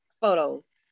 photos